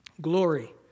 Glory